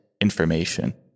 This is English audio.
information